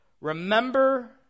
Remember